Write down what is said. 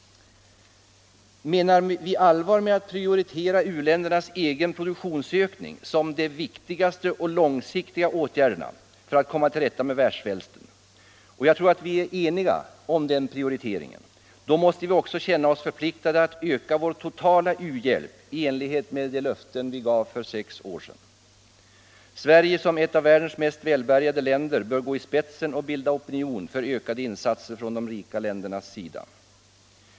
Menar vi allvar med uttalandet att en prioritering av u-ländernas egen produktionsökning är den viktigaste långsiktiga åtgärden för att komma till rätta med världssvälten — och jag tror att vi är eniga om den prioriteringen — då måste vi också känna oss förpliktade att öka vår totala u-hjälp i enlighet med de löften vi gav för sex år sedan. Sverige som ett av världens mest välbärgade länder bör gå i spetsen och bilda opinion för ökade insatser från de rika ländernas sida.